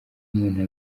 umuntu